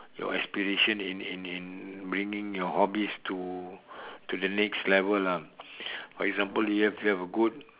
your aspiration in in in bringing your hobbies to to the next level ah for example you have you have a boat